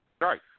Right